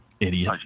Idiot